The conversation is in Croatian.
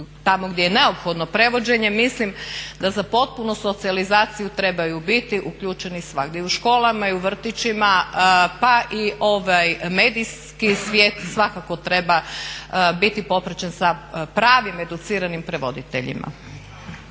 tamo gdje je neophodno prevođenje, mislim da za potpunu socijalizaciju trebaju biti uključeni svagdje, u školama i u vrtićima pa i ovaj medijski svijet svakako treba biti popraćen sa pravim educiranim prevoditeljima.